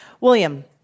William